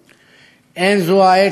אין זו העת לצהלות,